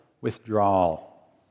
withdrawal